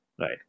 right